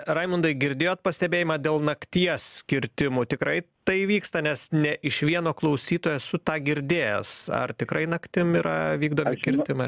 raimondai girdėjot pastebėjimą dėl nakties kirtimų tikrai tai vyksta nes ne iš vieno klausytojo esu tą girdėjęs ar tikrai naktim yra vykdomi kirtimai ar ne